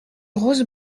grosse